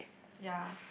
yea